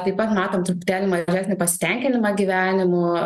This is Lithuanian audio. taip pat matom truputėlį mažesnį pasitenkinimą gyvenimu